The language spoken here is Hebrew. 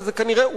וזה כנראה,